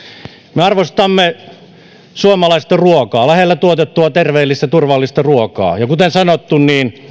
me arvostamme suomalaista ruokaa lähellä tuotettua terveellistä ja turvallista ruokaa ja kuten sanottu